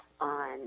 on